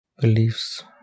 beliefs